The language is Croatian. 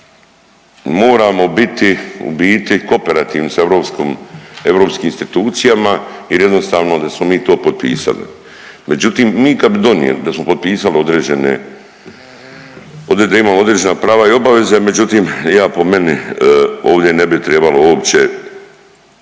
biti u biti kooperativni sa europskim institucijama jer jednostavno da smo mi to potpisali. Međutim, mi kad bi donijeli da smo potpisali određene da imamo određena prava i obaveze, međutim ja po meni ovdje ne bi trebalo uopće